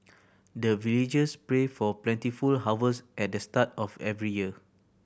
the villagers pray for plentiful harvest at the start of every year